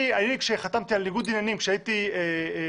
אני כשחתמתי על ניגוד עניינים כשהייתי במועצת